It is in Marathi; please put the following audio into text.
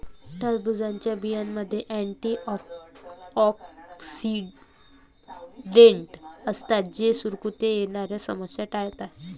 टरबूजच्या बियांमध्ये अँटिऑक्सिडेंट असतात जे सुरकुत्या येण्याची समस्या टाळतात